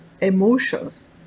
emotions